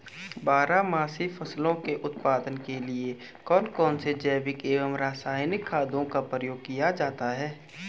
बारहमासी फसलों के उत्पादन के लिए कौन कौन से जैविक एवं रासायनिक खादों का प्रयोग किया जाता है?